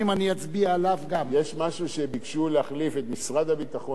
יש משהו שביקשו להחליף את משרד הביטחון למערכת הביטחון.